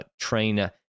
trainer